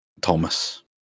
Thomas